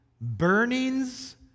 burnings